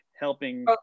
Helping